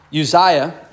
Uzziah